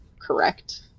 correct